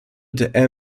der